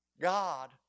God